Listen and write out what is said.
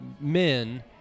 men